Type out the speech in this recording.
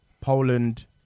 Poland